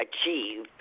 achieve